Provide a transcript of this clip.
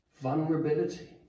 Vulnerability